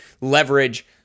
leverage